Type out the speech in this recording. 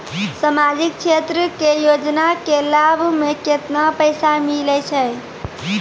समाजिक क्षेत्र के योजना के लाभ मे केतना पैसा मिलै छै?